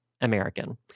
American